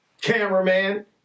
cameraman